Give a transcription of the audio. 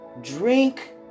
drink